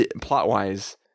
plot-wise